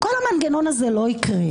כל המנגנון הזה לא יקרה,